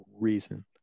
reason